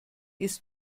ist